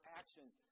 actions